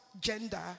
gender